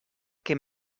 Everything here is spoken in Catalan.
que